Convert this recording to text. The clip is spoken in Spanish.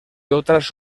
otras